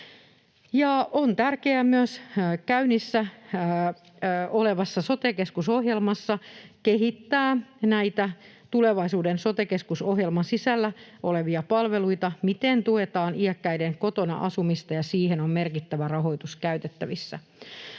on tärkeää myös käynnissä olevassa sote-keskus-ohjelmassa kehittää näitä tulevaisuuden sote-keskus -ohjelman sisällä olevia palveluita — miten tuetaan iäkkäiden kotona-asumista? — ja siihen on merkittävä rahoitus käytettävissä.